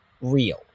real